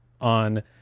on